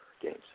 games